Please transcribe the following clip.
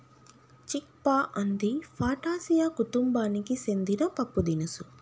చిక్ పా అంది ఫాటాసియా కుతుంబానికి సెందిన పప్పుదినుసు